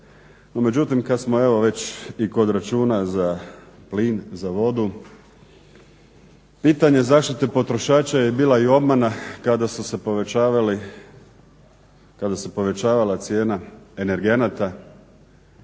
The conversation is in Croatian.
međutim kad smo evo već i kod računa za plin, za vodu pitanje zaštite potrošača je bila i obmana kada su se povećavali, kada